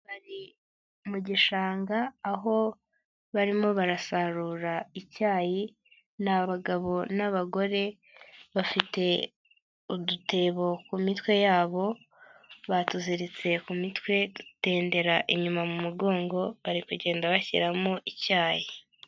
Bari mu gishanga, aho barimo barasarura icyayi ni abagabo n'abagore, bafite udutebo ku mitwe yabo, batuziritse ku mitwe dutendera inyuma mu mugongo bari kugenda bashyiramo icyayi.